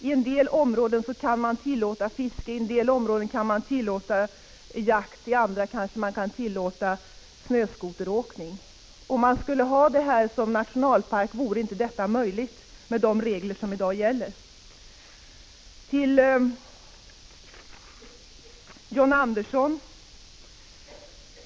I en del områden kan fiske tillåtas, i en del kan jakt tillåtas, i andra kanske snöskoteråkning. Om man skulle göra hela området till nationalpark, vore detta inte möjligt med de regler som i dag gäller. Några ord till John Andersson.